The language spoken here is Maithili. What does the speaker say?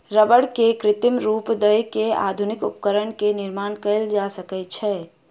रबड़ के कृत्रिम रूप दय के आधुनिक उपकरण के निर्माण कयल जा सकै छै